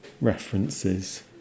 references